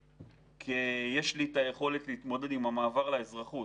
בשאלת היכולת להתמודד עם המעבר לאזרחות